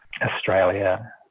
Australia